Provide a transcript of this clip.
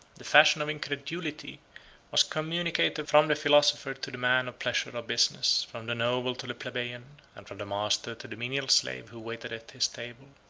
the fashion of incredulity was communicated from the philosopher to the man of pleasure or business, from the noble to the plebeian, and from the master to the menial slave who waited at his table,